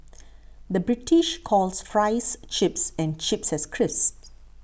the British calls Fries Chips and Chips Crisps